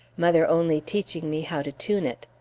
mother only teaching me how to tune it.